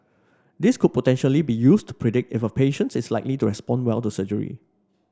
this could potentially be used to predict if a patients is likely to respond well to surgery